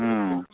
ம்